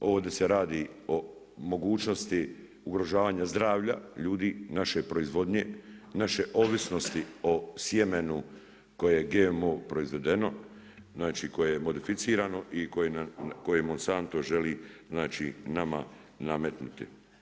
Ovdje se radi o mogućnosti ugrožavanja zdravlja ljudi naše proizvodnje, naše ovisnosti o sjemenu koje je GMO proizvedeno, znači koje je modificirano i koje Monsanto želi znači nama nametnuti.